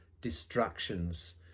distractions